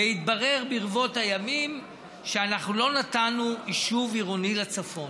אך ברבות הימים התברר שאנחנו לא נתנו יישוב עירוני לצפון.